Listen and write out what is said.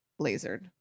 lasered